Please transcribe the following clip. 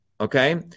okay